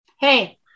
Hey